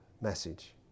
message